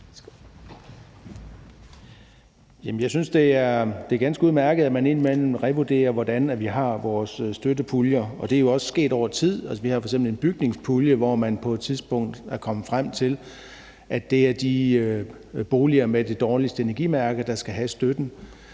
Jeg synes, at det er ganske udmærket, at man indimellem revurderer, hvordan vi har indrettet vores støttepuljer, og det er jo også sket over tid. Vi har f.eks. en bygningspulje, og der erman på et tidspunkt kommet frem til, at det er de boliger med de dårligste energimærker, der skal have støtten.